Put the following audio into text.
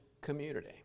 community